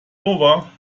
over